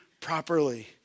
properly